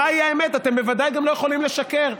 אתם בוודאי גם לא יכולים לשקר.